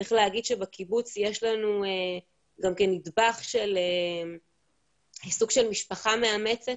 צריך להגיד שבקיבוץ יש לנו גם כן נדבך של סוג של משפחה מאמצת